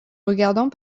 regardant